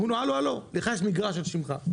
אומרים לו שהוא לא יקבל כי יש מגרש על שמו.